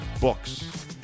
books